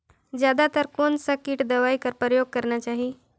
जादा तर कोन स किट दवाई कर प्रयोग करना चाही?